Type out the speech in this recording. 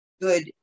good